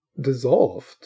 dissolved